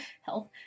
health